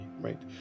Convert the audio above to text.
right